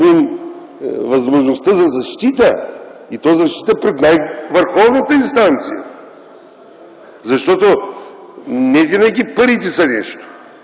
Губим възможността за защита и то защита пред най-върховната инстанция, защото не винаги парите са нещо.